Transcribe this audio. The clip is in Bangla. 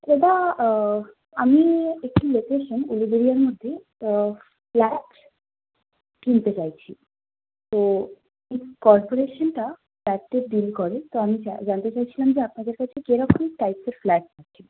সেটা আমি একটি লোকেশন উলুবেড়িয়ার মধ্যে ফ্ল্যাট কিনতে চাইছি তো এই কর্পোরেশনটা ফ্ল্যাটটার ডিল করে তো আমি জা জানতে চাইছিলাম যে আপনাদের কাছে কীরকম টাইপের ফ্ল্যাট আছে